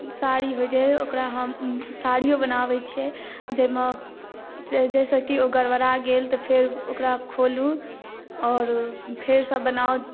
साड़ी होइ छै ओकरा हम साड़ीयो बनाबै छियै जाहिमे जाहिसँ की ओ गरबरा गेल तऽ फेर ओकरा खोलू आओर फेर सँ बनाउ